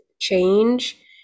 change